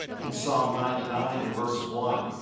in psalm ninety nine in verse one,